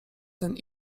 ten